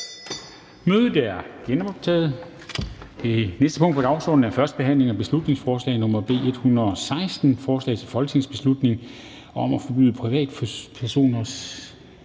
10:04). --- Det næste punkt på dagsordenen er: 4) 1. behandling af beslutningsforslag nr. B 116: Forslag til folketingsbeslutning om at forbyde privatpersoners